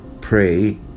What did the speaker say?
Pray